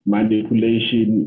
Manipulation